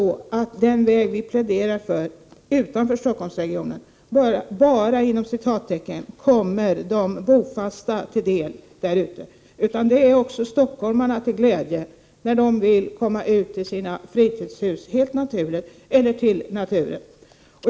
Den väg vi pläderar för utanför Stockholmsregionen kommer inte ”bara” de bofasta till del, utan den är också till glädje för stockholmarna när de helt naturligt vill komma ut till sina fritidshus eller till naturen.